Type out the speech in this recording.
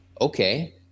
Okay